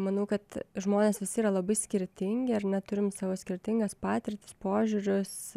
manau kad žmonės visi yra labai skirtingi ar ne turim savo skirtingas patirtis požiūrius